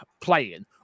playing